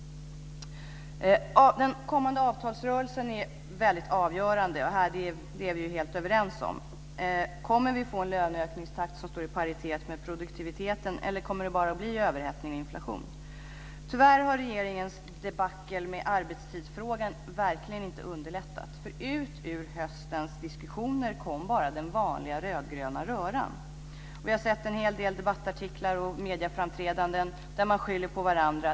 Den kommande avtalsrörelsen är avgörande. Det är vi helt överens om. Får vi en löneökningstakt som står i paritet med produktiviteten eller blir det överhettning och inflation? Tyvärr har regeringens debacle med arbetstidsfrågan inte underlättat. Ut ur höstens diskussioner kom bara den vanliga rödgröna röran. Vi har sett en hel del debattartiklar och medieframträdanden där man skyller på varandra.